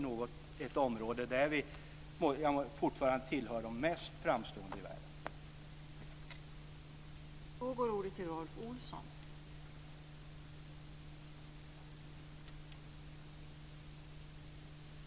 Detta är ett område där vi fortfarande tillhör de mest framstående i världen.